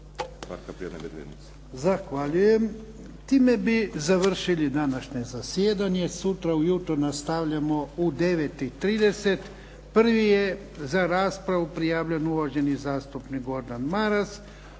Zahvaljujem. Time bi završili današnje zasjedanje. Sutra ujutro nastavljamo u 9,30. Prvi je za raspravu prijavljen uvaženi zastupnik Gordan Maras,